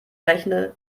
rechne